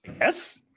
yes